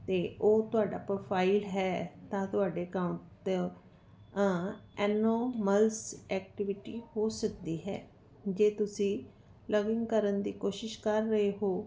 ਅਤੇ ਉਹ ਤੁਹਾਡਾ ਪ੍ਰੋਫਾਈਲ ਹੈ ਤਾਂ ਤੁਹਾਡੇ ਕੰਮ ਐਨੋਮਲਸ ਐਕਟੀਵਿਟੀ ਹੋ ਸਕਦੀ ਹੈ ਜੇ ਤੁਸੀਂ ਲਵਿੰਗ ਕਰਨ ਦੀ ਕੋਸ਼ਿਸ਼ ਕਰ ਰਹੇ ਹੋ